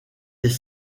des